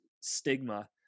stigma